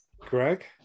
Greg